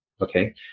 Okay